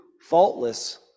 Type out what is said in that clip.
faultless